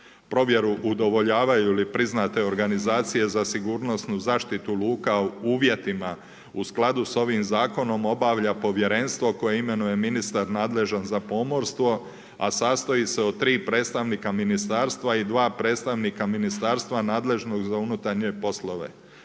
Provjeru udovoljavaju li priznate organizacije za sigurnosnu zaštitu luka u uvjetima u skladu s ovim zakonom obavlja povjerenstvo koje imenuje ministar nadležan za pomorstvo, a sastoji se od 3 predstavnika ministarstva i 2 predstavnika ministarstva, nadležnog za unutarnje poslove.